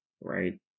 right